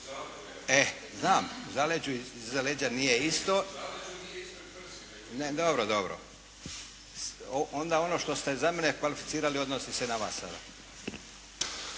znam, u zaleđu i iza leđa nije isto. …/Upadica se ne čuje./… Dobro, dobro. Onda ono što ste za mene kvalificirali odnosi se na vas sada.